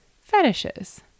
fetishes